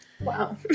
wow